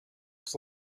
its